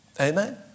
Amen